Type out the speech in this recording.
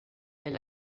elle